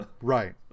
Right